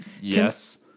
Yes